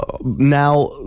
Now